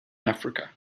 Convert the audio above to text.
africa